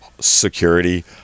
security